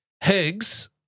Higgs